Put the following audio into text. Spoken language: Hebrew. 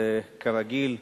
וכרגיל,